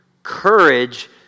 courage